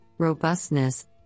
Robustness